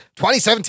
2017